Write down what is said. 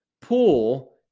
pool